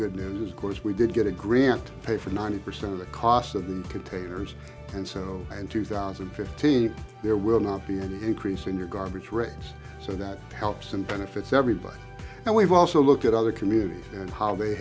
good news of course we did get a grant to pay for ninety percent of the cost of the containers and so in two thousand and fifteen there will not be any increase in your garbage rates so that helps and benefits everybody and we've also looked at other communities and how they